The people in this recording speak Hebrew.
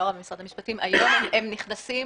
היום הם נכנסים